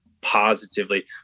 positively